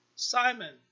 Simon